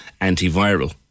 antiviral